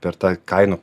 per tą kainų